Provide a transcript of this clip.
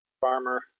farmer